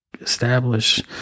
establish